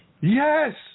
Yes